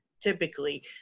typically